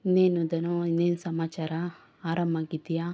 ಇನ್ನೇನು ಧನು ಇನ್ನೇನು ಸಮಾಚಾರ ಆರಾಮು ಆಗಿದ್ದೀಯಾ